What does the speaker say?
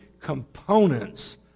components